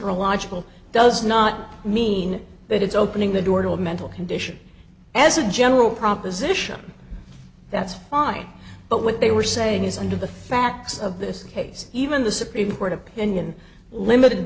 not a logical does not mean that it's opening the door to a mental condition as a general proposition that's fine but what they were saying is under the facts of this case even the supreme court opinion limited